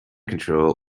control